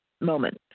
moment